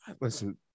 Listen